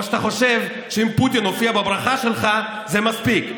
או שאתה חושב שאם פוטין הופיע בברכה שלך זה מספיק?